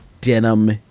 Denim